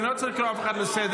אני לא רוצה לקרוא אף אחד לסדר.